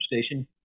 station